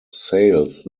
sales